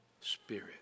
spirit